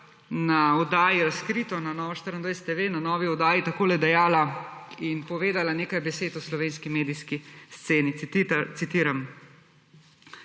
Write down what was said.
na oddaji Razkrito na Nova24 TV na novi oddaji takole dejala in povedala nekaj besed o slovenski medijski sceni, citiram: